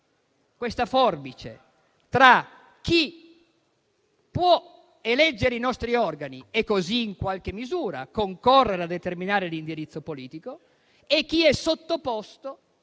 questa forbice tra chi può eleggere i nostri organi e così, in qualche misura, concorrere a determinare l'indirizzo politico, e chi è sottoposto all'indirizzo